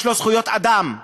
יש לו זכויות אדם,